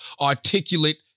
articulate